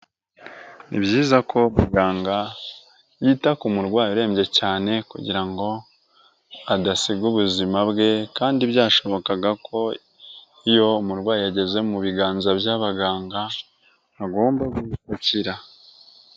Ni byiza ko muganga yita ku murwa urembye cyane kugira ngo adasiga ubuzima bwe kandi byashobokaga ko iyo umurwayi ageze mu biganza by'abaganga agomba gukira.